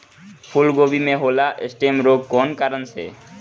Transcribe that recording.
फूलगोभी में होला स्टेम रोग कौना कारण से?